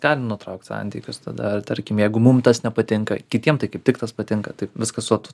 galim nutraukt santykius tada ar tarkim jeigu mum tas nepatinka kitiem tai kaip tik tas patinka tai viskas o tu